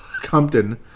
Compton